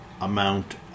amount